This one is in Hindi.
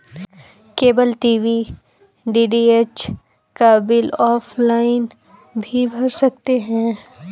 केबल टीवी डी.टी.एच का बिल ऑफलाइन भी भर सकते हैं